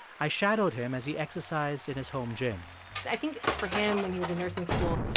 i shadowed him as he exercised in his home gym i think, for him when he was in nursing school,